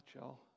y'all